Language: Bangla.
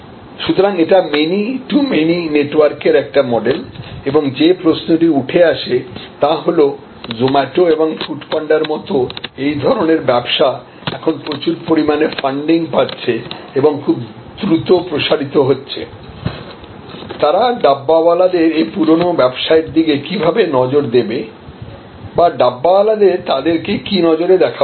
সুতরাং এটি মেনি টু মেনি নেটওয়ার্কের একটি মডেল এবং যে প্রশ্নটি উঠে আসে তা হল জোমাটো এবং ফুডপান্ডার মতো এই ধরণের ব্যবসা এখন প্রচুর পরিমাণে ফান্ডিং পাচ্ছে এবং দ্রুত প্রসারিত হচ্ছে তারা ডাব্বাওয়ালাদের এই পুরানো ব্যবসায়ের দিকে কীভাবে নজর দেবে বা ডাব্বাওয়ালা দের তাদেরকে কি নজরে দেখা উচিত